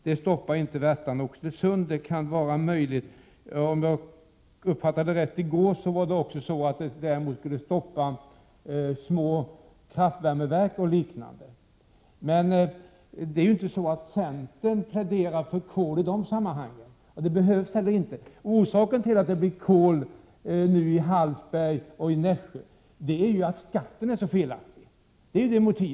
Det är möjligt att skärpta krav inte stoppar projekten i Värtan och Oxelösund. Om jag uppfattade saken rätt i går, skulle de däremot stoppa små kraftvärmeverk och liknande. Men centern pläderar inte för koli de sammanhangen, och det behövs heller inte. Orsaken till att det blir kol nu i Hallsberg och i Nässjö är ju att skatten är så felaktig.